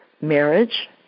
marriage